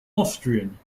austrian